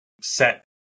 set